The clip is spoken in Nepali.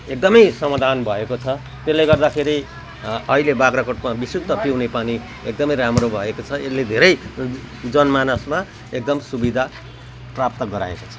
एकदमै समाधान भएको छ त्यसले गर्दाखेरि अहिले बाग्राकोटमा विशुद्ध पिउने पानी एकदमै राम्रो भएको छ यसले धेरै जनमानसमा एकदम सुविधा प्राप्त गराएको छ